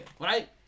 right